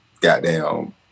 goddamn